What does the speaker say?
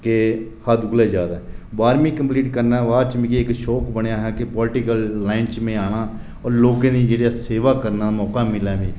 कि हद कोला जैदा बारह्वीं कम्प्लीट करने दे बाद मिगी इक शौक बनेआ हा कि पोलिटीकल लाइन च मीं औना और लोकें दी जेह्ड़ा सेवा करने दा मौका मिलेआ मिगी